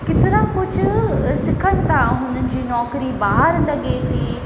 केतिरा कुझु सिखनि था हुननि जी नौकिरी ॿाहिरि लगे थी